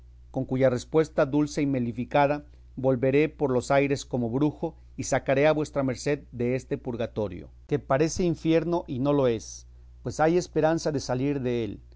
con cuya respuesta dulce y melificada volveré por los aires como brujo y sacaré a vuestra merced deste purgatorio que parece infierno y no lo es pues hay esperanza de salir dél